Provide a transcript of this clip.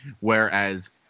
Whereas